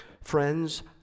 Friends